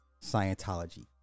Scientology